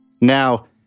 Now